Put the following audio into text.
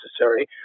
necessary